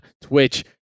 Twitch